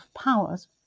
powers